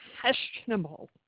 questionable